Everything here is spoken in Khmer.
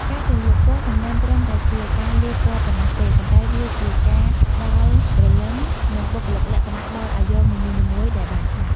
ការជ្រលក់ពណ៌មិនមែនត្រឹមតែជាការលាបពណ៌ប៉ុណ្ណោះទេ ប៉ុន្តែវាជាការផ្តល់ព្រលឹងនិងបុគ្គលិកលក្ខណៈដល់អាយ៉ងនីមួយៗដែលបានឆ្លាក់។